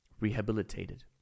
rehabilitated